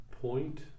point